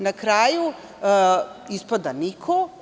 Na kraju, ispada niko.